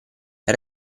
per